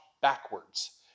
backwards